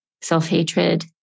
self-hatred